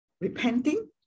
repenting